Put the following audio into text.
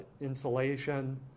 insulation